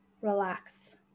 relax